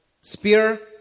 spear